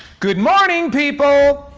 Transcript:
good morning, people!